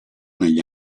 negli